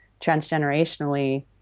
transgenerationally